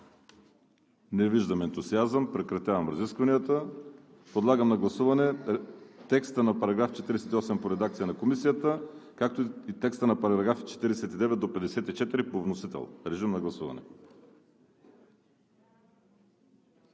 Не виждам. Прекратявам разискванията. Подлагам на гласуване текста на параграф 48 по редакция на Комисията, както и текста на параграфи от 49 до 54 по вносител. Гласували